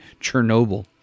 chernobyl